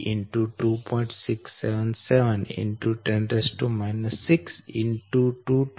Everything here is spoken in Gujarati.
67710 62202 40